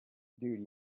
dude